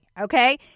okay